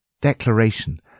declaration